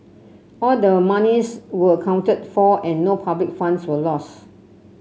all the monies were accounted for and no public funds were lost